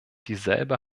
dieselbe